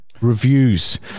Reviews